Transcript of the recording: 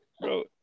Bro